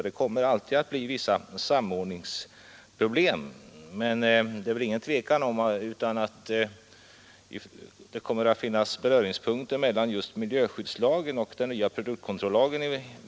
Det kommer alltid att finnas vissa samordningsproblem, men det råder väl inget tvivel om att det i många fall kommer att finnas vissa beröringspunkter mellan miljöskyddslagen och den nya produktkontrollen.